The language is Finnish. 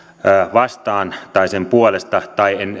vastaan tai sen puolesta